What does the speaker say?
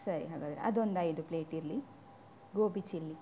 ಸರಿ ಹಾಗಾದರೆ ಅದೊಂದು ಐದು ಪ್ಲೇಟ್ ಇರಲಿ ಗೋಬಿ ಚಿಲ್ಲಿ